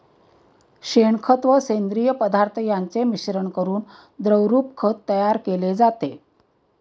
शेणखत व सेंद्रिय पदार्थ यांचे मिश्रण करून द्रवरूप खत तयार केले जाते